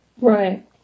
right